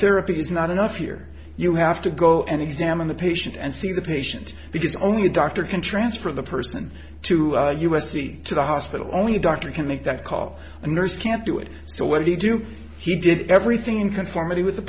therapy is not enough here you have to go and examine the patient and see the patient because only a doctor can transfer the person to u s c to the hospital only doctor can make that call a nurse can't do it so what do you do he did everything in conformity w